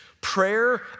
Prayer